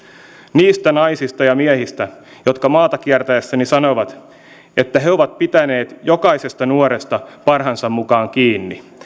niistä naisista ja miehistä jotka maata kiertäessäni sanovat että he ovat pitäneet jokaisesta nuoresta parhaansa mukaan kiinni